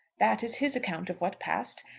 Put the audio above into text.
that is his account of what passed,